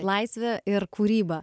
laisvė ir kūryba